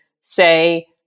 say